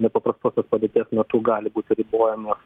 nepaprastosios padėties metu gali būti ribojamas